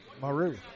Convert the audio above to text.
Maru